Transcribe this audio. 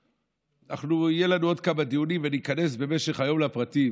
אז יהיו לנו עוד כמה דיונים ואני איכנס במשך היום לפרטים,